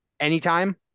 Anytime